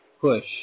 push